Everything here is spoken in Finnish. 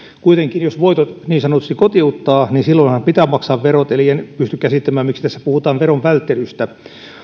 kuitenkin jos voitot niin sanotusti kotiuttaa niin silloinhan pitää maksaa verot eli en pysty käsittämään miksi tässä puhutaan veronvälttelystä